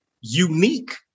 unique